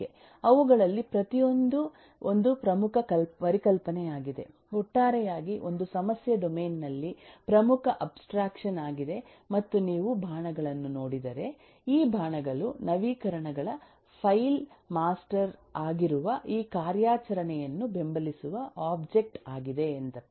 ಅವುಗಳಲ್ಲಿ ಪ್ರತಿಯೊಂದೂ ಒಂದು ಪ್ರಮುಖ ಪರಿಕಲ್ಪನೆಯಾಗಿದೆ ಒಟ್ಟಾರೆಯಾಗಿ ಒಂದು ಸಮಸ್ಯೆ ಡೊಮೇನ್ ನಲ್ಲಿ ಪ್ರಮುಖ ಅಬ್ಸ್ಟ್ರಾಕ್ಷನ್ ಯಾಗಿದೆ ಮತ್ತು ನೀವು ಬಾಣಗಳನ್ನು ನೋಡಿದರೆ ಈ ಬಾಣಗಳು ನವೀಕರಣಗಳ ಫೈಲ್ ಮಾಸ್ಟರ್ ಆಗಿರುವ ಈ ಕಾರ್ಯಾಚರಣೆಯನ್ನು ಬೆಂಬಲಿಸುವ ಒಬ್ಜೆಕ್ಟ್ ಆಗಿದೆ ಎಂದರ್ಥ